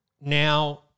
Now